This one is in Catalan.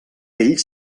ell